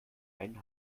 einen